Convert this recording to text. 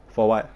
for [what]